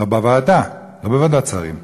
בוועדה, לא בוועדת שרים,